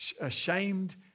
ashamed